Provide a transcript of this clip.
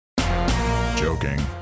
Joking